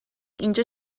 اینجا